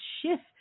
shift